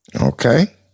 Okay